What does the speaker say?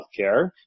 healthcare